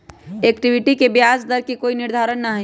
equity के ब्याज दर के कोई निर्धारण ना हई